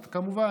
כמובן,